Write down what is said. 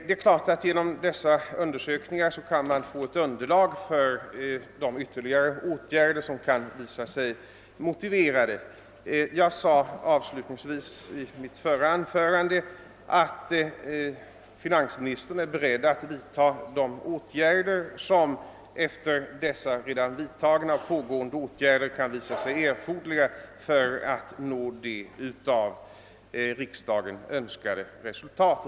Det är klart att man genom dessa undersökningar kan få ett underlag för de ytterligare åtgärder som kan visa sig motiverade. Jag sade avslutningsvis i mitt förra anförande, att finansministern är beredd att göra vad som efter dessa redan vidtagna och pågående åtgärder kan befinnas erforderligt för att nå det av riksdagen önskade resultatet.